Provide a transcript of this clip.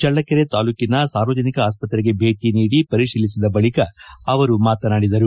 ಚಳ್ಳಕೆರೆ ತಾಲ್ಲೂಕಿನ ಸಾರ್ವಜನಿಕ ಆಸ್ಪತ್ರೆಗೆ ಭೇಟಿ ನೀಡಿ ಪರಿಶೀಲಿಸಿದ ಬಳಿಕ ಅವರು ಮಾತನಾಡಿದರು